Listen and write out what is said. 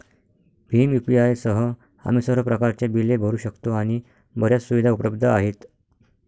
Bhim UPI सह, आम्ही सर्व प्रकारच्या बिले भरू शकतो आणि बर्याच सुविधा उपलब्ध आहेत